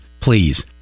Please